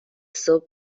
صبح